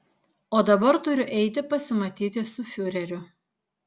o dabar turiu eiti pasimatyti su fiureriu